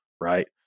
right